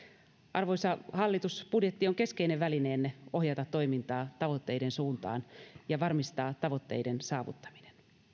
arvoisa hallitus budjetti on keskeinen välineenne ohjata toimintaa tavoitteiden suuntaan ja varmistaa tavoitteiden saavuttaminen